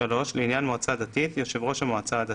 (3)לעניין מועצה דתית, יושב ראש המועצה הדתית,